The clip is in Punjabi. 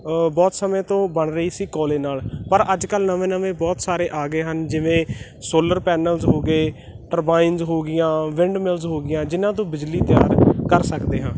ਬਹੁਤ ਸਮੇਂ ਤੋਂ ਬਣ ਰਹੀ ਸੀ ਕੋਲੇ ਨਾਲ ਪਰ ਅੱਜ ਕੱਲ੍ਹ ਨਵੇਂ ਨਵੇਂ ਬਹੁਤ ਸਾਰੇ ਆ ਗਏ ਹਨ ਜਿਵੇਂ ਸੋਲਰ ਪੈਨਲਸ ਹੋ ਗਏ ਟਰਬਾਈਨਜ਼ ਹੋ ਗਈਆਂ ਵਿੰਡ ਮਿਲਜ਼ ਹੋ ਗਈਆਂ ਜਿਹਨਾਂ ਤੋਂ ਬਿਜਲੀ ਤਿਆਰ ਕਰ ਸਕਦੇ ਹਾਂ